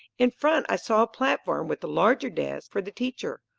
in front i saw a platform, with a larger desk, for the teacher.